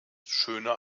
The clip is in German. schöner